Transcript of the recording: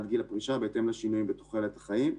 גיל הפרישה בהתאם לשינויים בתוחלת החיים.